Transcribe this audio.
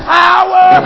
power